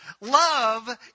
Love